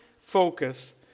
focus